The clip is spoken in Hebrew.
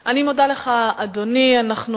אדוני, אני מודה לך.